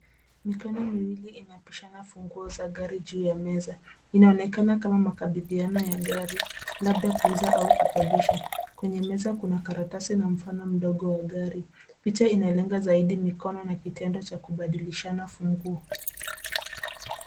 Mikono miwili inapishana funguo za gari juu ya meza. Inaonekana kama makabidhiano ya gari labda kuuza au kukodisha. Kwenye meza kuna karatasi na mfano mdogo wa gari. Picha inalenga zaidi mikono na kitendo cha kubadilishana funguo.